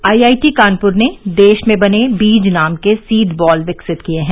IIT Kanpur ने देश में बने बीज नाम के सीड बॉल विकसित किए हैं